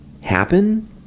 happen